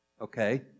okay